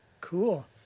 Cool